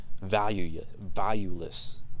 valueless